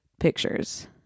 pictures